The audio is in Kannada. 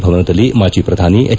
ಭವನದಲ್ಲಿ ಮಾಜಿ ಪ್ರಧಾನ ಎಚ್